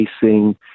facing